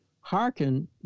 hearken